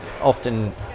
often